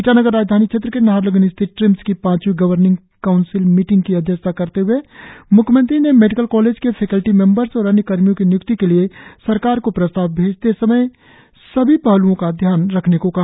ईटानगर राजधानी क्षेत्र के नाहरलग्न स्थित ट्रिम्स की पांचवी गावर्निग काउंसिल मीटिंग की अध्यक्षता करते हए म्ख्यमंत्री ने मेडिकल कॉलेज के फेकल्टी मेंबर्स और अन्य कर्मियो की निय्क्ति के लिए सरकार को प्रस्ताव भेजने समय सभी पहल्ओ का ध्यान रखने को कहा